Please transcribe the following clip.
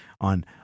on